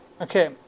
okay